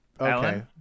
Okay